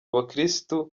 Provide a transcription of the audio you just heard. bakirisitu